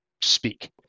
speak